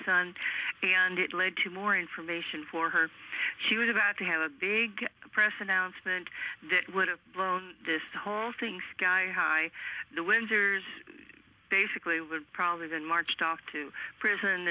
son and it led to more information for her she was about to have a big press announcement that would have blown this whole thing sky high the windsors basically would probably been marched off to prison